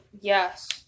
yes